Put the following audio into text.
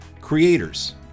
creators